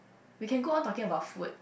we can go on talking about food